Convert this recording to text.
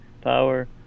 power